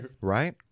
Right